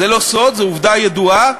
זה לא סוד, זה עובדה ידועה,